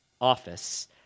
office